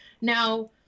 Now